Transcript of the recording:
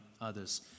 others